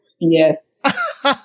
Yes